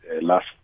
last